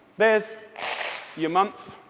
there's your month.